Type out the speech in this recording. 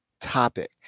topic